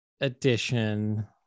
edition